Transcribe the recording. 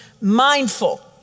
mindful